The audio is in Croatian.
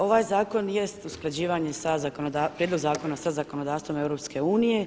Ovaj zakon jest usklađivanje sa prijedlog zakona sa zakonodavstvom EU.